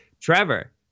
Trevor